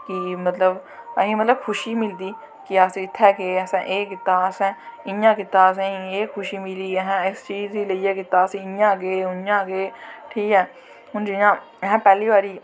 की असें मतलव खुशी मिलदी कि अस इत्थें हे अस एह् कीता इयां कीता असैं एह् खुशी मिली असैं एह् कीता असैं इयां कीता असेंई एह् खुशी मिली असै इस चीज़ गी लेईयै कीता असैं इयां गे उआं गे ठीक ऐ हून अस जियां पैह्ली बारी